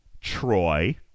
Troy